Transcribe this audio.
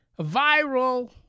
viral